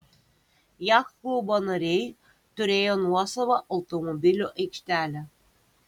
jachtklubo nariai turėjo nuosavą automobilių aikštelę